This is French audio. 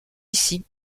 ici